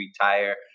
retire